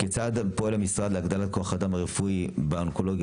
כיצד פועל המשרד להגדלת כוח אדם רפואי באונקולוגיה